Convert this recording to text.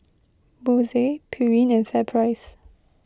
Bose Pureen and FairPrice